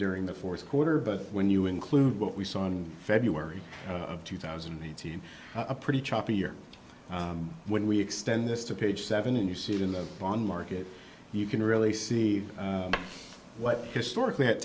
during the fourth quarter but when you include what we saw in february of two thousand and eighteen a pretty choppy year when we extend this to page seven and you see it in the bond market you can really see what historically at